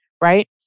right